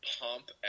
pump